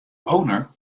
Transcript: owner